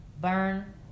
burn